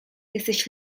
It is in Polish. jesteś